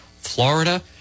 Florida